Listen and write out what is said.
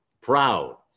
proud